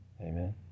Amen